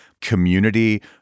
community